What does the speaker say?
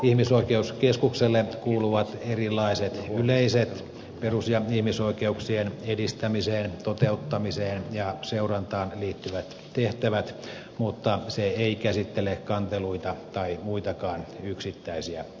ihmisoikeuskeskukselle kuuluvat erilaiset yleiset perus ja ihmisoikeuksien edistämiseen toteuttamiseen ja seurantaan liittyvät tehtävät mutta se ei käsittele kanteluita tai muitakaan yksittäisiä asioita